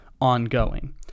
ongoing